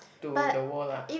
to the wall lah